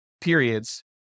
periods